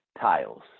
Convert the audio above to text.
tiles